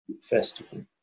festival